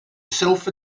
self